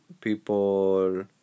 people